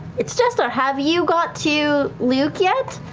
it's jester, have you got to luc yet?